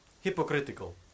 Hypocritical